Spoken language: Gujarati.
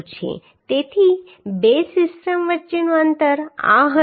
તેથી બે સિસ્ટમ વચ્ચેનું અંતર આ હતું